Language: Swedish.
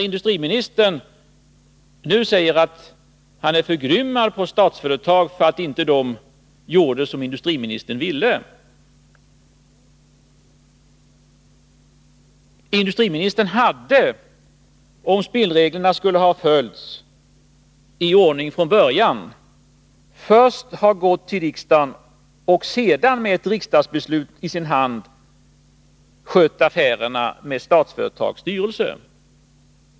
Industriministern säger att han är förgrymmad på Statsföretag, därför att detta företag inte gjorde som han ville. Men om spelreglerna skulle ha följts borde industriministern från början ha gått till riksdagen med en anhållan och sedan — med ett riksdagsbeslut i sin hand — ha skött affärerna med Statsföretags styrelse.